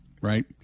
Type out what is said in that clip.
right